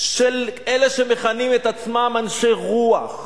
של אלה שמכנים את עצמם אנשי רוח.